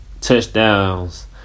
touchdowns